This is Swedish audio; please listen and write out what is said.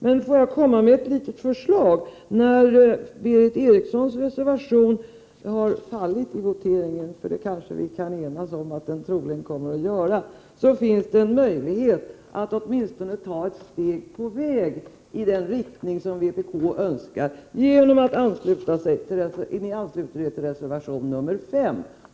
Men låt mig komma med ett litet förslag. När Berith Erikssons reservation har fallit i voteringen, för ni kan kanske enas om att den troligen kommer att göra det, finns det en möjlighet att åtminstone ta ett steg på vägen i den riktning som vpk önskar genom att ni ansluter er till reservation 5.